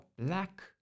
black